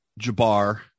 Jabbar